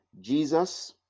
jesus